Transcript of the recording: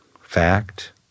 fact